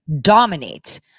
dominate